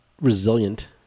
resilient